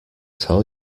tell